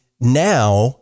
now